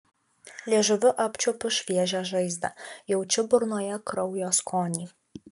liežuviu apčiuopiu šviežią žaizdą jaučiu burnoje kraujo skonį